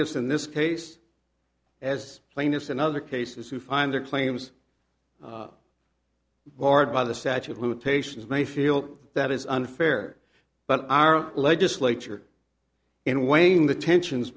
fs in this case as plaintiffs in other cases who find their claims barred by the statue of limitations may feel that is unfair but our legislature in weighing the tensions